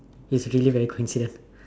it's really very coincident